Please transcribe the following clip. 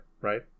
right